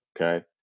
okay